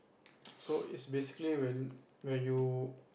so it's basically when where you